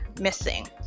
missing